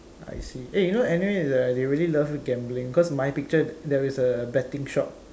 I see eh you know anyway the they really love gambling cause my picture there is a betting shop